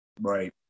Right